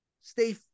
stay